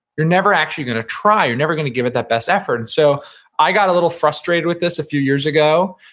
you're never actually gonna try, you're never, never gonna give it that best effort and so i got a little frustrated with this a few years ago,